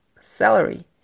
celery